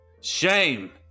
Shame